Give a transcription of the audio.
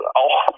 auch